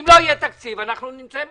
אם לא יהיה תקציב אנחנו נימצא בקטסטרופה.